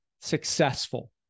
successful